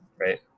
right